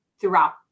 throughout